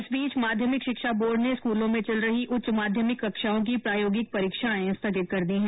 इस बीच माध्यमिक शिक्षा बोर्ड ने स्कूलों में चल रही उच्च माध्यमिक कक्षाओं की प्रायोगिक परीक्षाएं स्थगित कर दी है